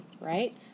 right